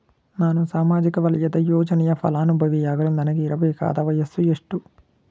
ನಾನು ಸಾಮಾಜಿಕ ವಲಯದ ಯೋಜನೆಯ ಫಲಾನುಭವಿಯಾಗಲು ನನಗೆ ಇರಬೇಕಾದ ವಯಸ್ಸುಎಷ್ಟು?